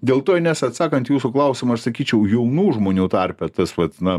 dėl to inesa atsakant į jūsų klausimą aš sakyčiau jaunų žmonių tarpe tas vat na